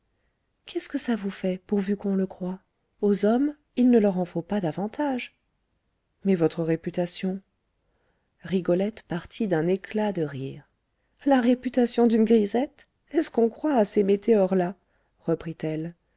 qu'est-ce que ça vous fait pourvu qu'on le croie aux hommes il ne leur en faut pas davantage mais votre réputation rigolette partit d'un éclat de rire la réputation d'une grisette est-ce qu'on croit à ces météores là reprit-elle